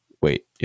Wait